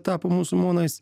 tapo musulmonais